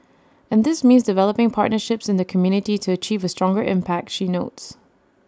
and this means developing partnerships in the community to achieve A stronger impact she notes